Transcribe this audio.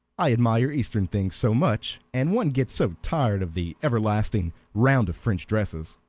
i admire eastern things so much, and one gets so tired of the everlasting round of french dresses.